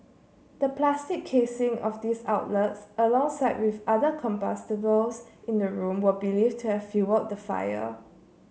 the plastic casing of these outlets alongside with other combustibles in the room were believed to have fuelled the fire